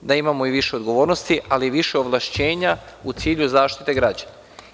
da imamo i više odgovornosti, ali i više ovlašćenja u cilju zaštite građana.